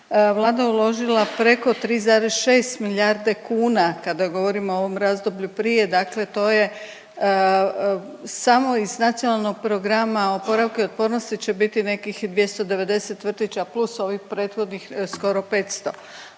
Vlada uložila preko 3,6 milijarde kuna kada govorimo o ovom razdoblju prije. Dakle, to je samo iz Nacionalnog programa oporavka i otpornosti će biti nekih 290 vrtića, plus ovih prethodnih skoro 500.